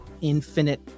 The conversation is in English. infinite